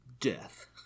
death